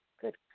Good